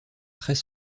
très